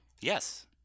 Yes